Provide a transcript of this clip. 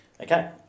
Okay